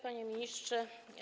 Panie Ministrze!